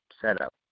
setup